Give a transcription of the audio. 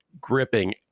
gripping